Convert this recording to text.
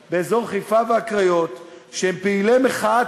מצוקה גדולה בפזורה הבדואית, יש מצוקה גדולה